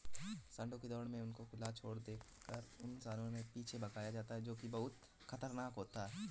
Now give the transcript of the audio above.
सांडों की दौड़ में उनको खुला छोड़कर इंसानों के पीछे भगाया जाता है जो की बहुत खतरनाक होता है